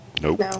Nope